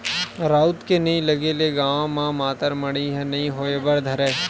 राउत के नइ लगे ले गाँव म मातर मड़ई ह नइ होय बर धरय